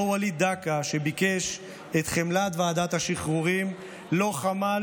אותו וליד דקה שביקש את חמלת ועדת השחרורים לא חמל